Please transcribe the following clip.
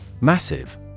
Massive